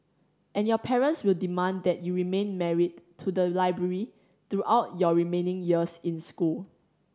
and your parents will demand that you remain married to the library throughout your remaining years in school